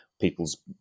people's